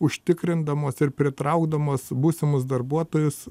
užtikrindamos ir pritraukdamas būsimus darbuotojus